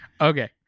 Okay